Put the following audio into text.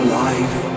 life